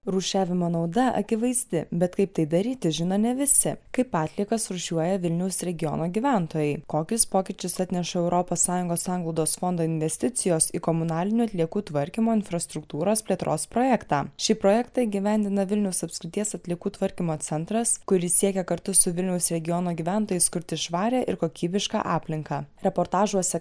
rūšiavimo nauda akivaizdi bet kaip tai daryti žino ne visi kaip atliekas rūšiuoja vilniaus regiono gyventojai kokius pokyčius atneša europos sąjungos sanglaudos fondo investicijos į komunalinių atliekų tvarkymo infrastruktūros plėtros projektą šį projektą įgyvendina vilniaus apskrities atliekų tvarkymo centras kuris siekia kartu su vilniaus regiono gyventojais kurti švarią ir kokybišką aplinką reportažuose